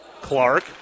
Clark